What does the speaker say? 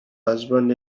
husband